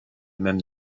même